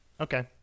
Okay